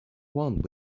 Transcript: want